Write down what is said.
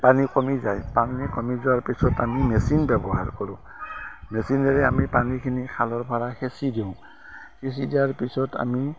পানী কমি যায় পানী কমি যোৱাৰ পিছত আমি মেচিন ব্যৱহাৰ কৰোঁ মেচিনেৰে আমি পানীখিনি খালত ভাৰাই সিঁচি দিওঁ সিঁচি দিয়াৰ পিছত আমি